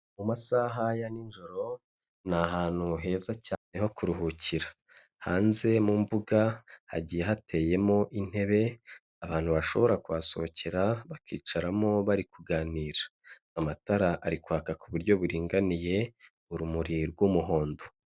Mu masaha ya nijoro, ni ahantu heza cyane ho kuruhukira, hanze mu mbuga hagiye hateyemo intebe, abantu bashobora kuhasohokera bakicaramo bari kuganira, amatara ari kwaka ku buryo buringaniye urumuri rw'umuhondo.